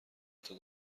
حتا